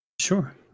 sure